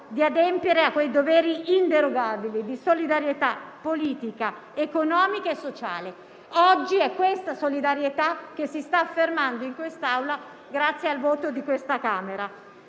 di adempiere ai doveri inderogabili di solidarietà politica, economica e sociale. Oggi tale solidarietà si sta affermando in quest'Aula grazie al voto di questa Camera,